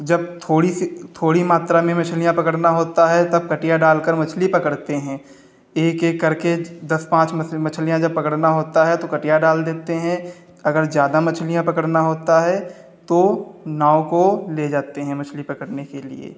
जब थोड़ी सी थोड़ी मात्रा में मछलियां पकड़ना होता है तब कटिया डाल कर मछली पकड़ते हैं एक एक करके दस पाँच मछलियां जब पकड़ना होता है तब कटिया डाल देते हैं अगर ज़्यादा मछलियां पकड़ना होता है तो नाव को ले जाते हैं मछली पकड़ने के लिए